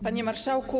Panie Marszałku!